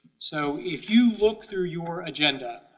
so if you look through your agenda,